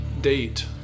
date